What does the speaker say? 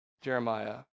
Jeremiah